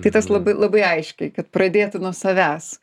tai tas labai labai aiškiai kad pradėti nuo savęs